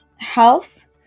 health